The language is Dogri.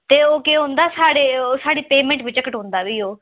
ते ओह् केह् होंदा साढ़ी पेमेंट बिच्चा कटोंदा फ्ही ओह्